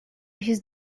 his